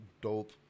dope